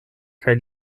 kaj